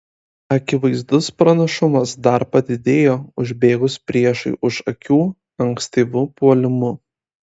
akivaizdus pranašumas dar padidėjo užbėgus priešui už akių ankstyvu puolimu